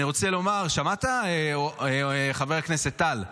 אני רוצה לומר, שמעת חבר הכנסת טל,